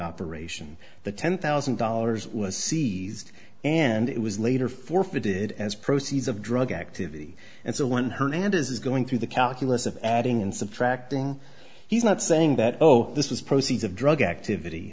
operation the ten thousand dollars was seized and it was later forfeited as proceeds of drug activity and so when hernandez is going through the calculus of adding and subtracting he's not saying that oh this was proceeds of drug activity